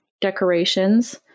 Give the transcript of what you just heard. decorations